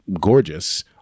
gorgeous